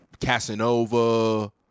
Casanova